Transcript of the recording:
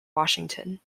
washington